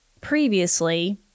previously